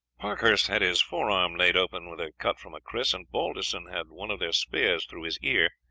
parkhurst had his forearm laid open with a cut from a kris, and balderson had one of their spears through his ear.